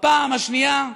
בפעם השנייה,